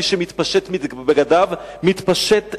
מי שמתפשט מבגדיו, מתפשט מערכיו.